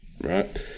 right